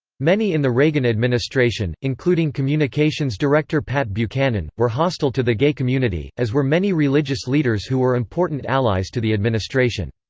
many in the reagan administration, including communications director pat buchanan, were hostile to the gay community, as were many religious leaders who were important allies to the administration.